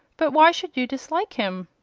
but why should you dislike him?